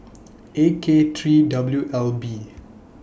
A K three W L B